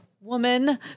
woman